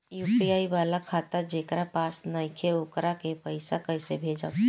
UPI वाला खाता जेकरा पास नईखे वोकरा के पईसा कैसे भेजब?